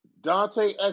Dante